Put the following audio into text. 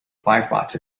firefox